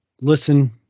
listen